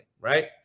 right